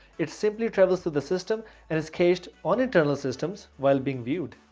it simply travels through the system and is caged on internal systems while being viewed.